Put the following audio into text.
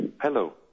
Hello